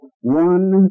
one